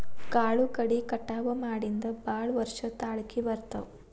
ಕಾಳು ಕಡಿ ಕಟಾವ ಮಾಡಿಂದ ಭಾಳ ವರ್ಷ ತಾಳಕಿ ಬರ್ತಾವ